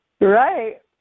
Right